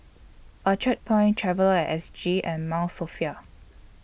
Orchard Point Traveller S G and Mount Sophia